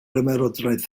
ymerodraeth